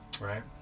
Right